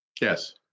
Yes